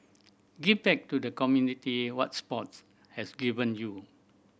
give back to the community what sports has given you